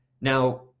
now